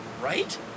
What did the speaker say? Right